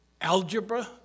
algebra